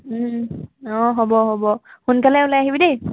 অঁ হ'ব হ'ব সোনকালে ওলাই আহিবি দেই